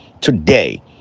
Today